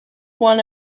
one